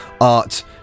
art